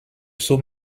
sous